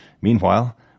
Meanwhile